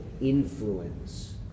influence